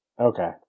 Okay